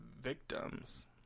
victims